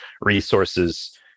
resources